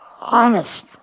honest